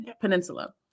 Peninsula